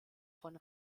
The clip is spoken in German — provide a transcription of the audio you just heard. von